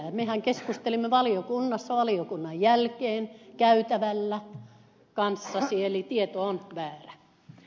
mehän keskustelimme valiokunnassa valiokunnan jälkeen ja käytävällä eli tieto on väärä